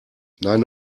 nein